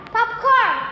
Popcorn